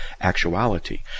actuality